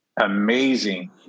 Amazing